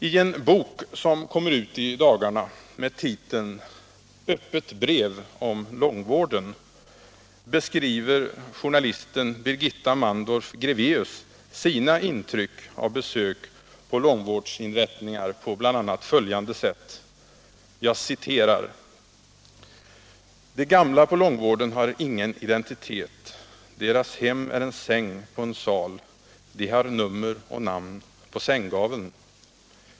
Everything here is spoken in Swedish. I en bok som kommer ut i dagarna med titeln Öppet brev om långvården beskriver journalisten Birgitta Mandorf-Grevaeus sina intryck av besök på långvårdsinrättningar på bl.a. följande sätt: ”De gamla på långvården har ingen identitet. Deras hem är en säng på en sal. De har nummer och namn på sänggaveln.